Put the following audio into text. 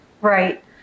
Right